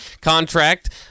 contract